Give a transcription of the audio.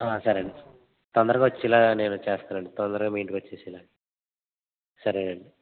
సరే అండి తొందరగా వచ్చేలాగ నేను చేస్తాను అండి తొందరగా మీ ఇంటికి వచ్చేలాగ సరే అండి